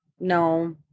No